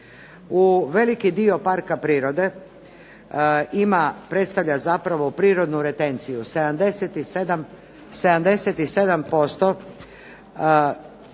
U veliki dio parka prirode predstavlja zapravo prirodnu retenciju. 77%